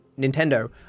nintendo